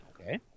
Okay